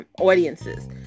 audiences